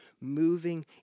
moving